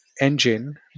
engine